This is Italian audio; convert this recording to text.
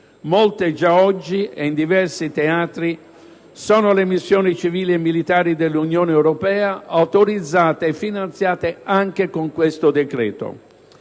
Molte, già oggi, e in diversi teatri, sono le missioni civili e militari dell'Unione europea autorizzate e finanziate anche da questo decreto.